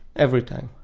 everytime.